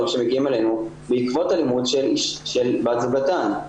שמגיעים אלינו בעקבות אלימות של בת זוגם.